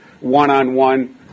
one-on-one